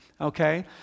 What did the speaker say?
okay